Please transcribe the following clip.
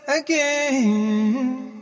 again